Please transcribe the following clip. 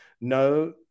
no